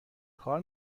کار